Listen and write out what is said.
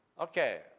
Okay